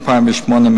2008,